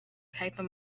paper